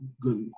good